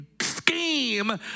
scheme